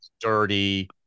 dirty